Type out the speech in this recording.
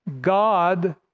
God